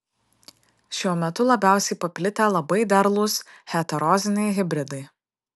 šiuo metu labiausiai paplitę labai derlūs heteroziniai hibridai